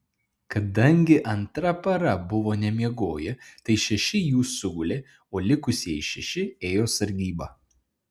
kadangi antra para buvo nemiegoję tai šeši jų sugulė o likusieji šeši ėjo sargybą